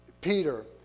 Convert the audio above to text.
Peter